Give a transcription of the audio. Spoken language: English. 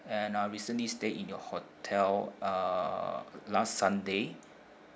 and I recently stayed in your hotel uh last sunday